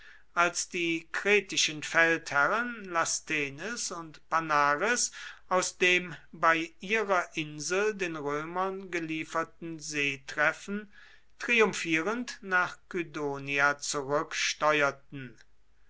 als die kretischen feldherren lasthenes und panares aus dem bei ihrer insel den römern gelieferten seetreffen triumphierend nach kydonia